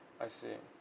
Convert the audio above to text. I see